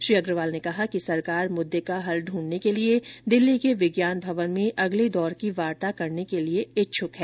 श्री अग्रवाल ने कहा कि सरकार मुद्दे का हल ढूंढने के लिए दिल्ली के विज्ञान भवन में अगले दौर की वार्ता करने के लिए इच्छुक है